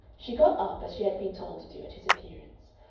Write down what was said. she got up, as she had been told to do, at his appearance,